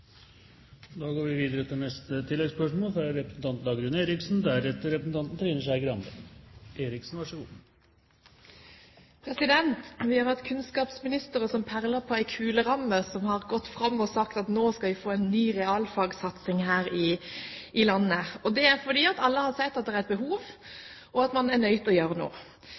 Vi har hatt kunnskapsministre som som perler på en kuleramme har gått fram og sagt at nå skal vi få en ny realfagsatsing her i landet. Det er fordi alle har sett at det er behov, og at man er nødt til å gjøre noe.